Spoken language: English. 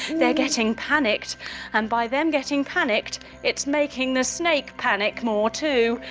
they're getting panicked and by them getting panicked it's making the snake panic more too.